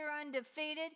undefeated